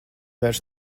vairs